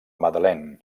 madeleine